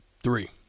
Three